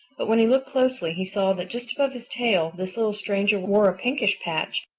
but when he looked closely he saw that just above his tail this little stranger wore a pinkish patch,